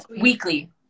weekly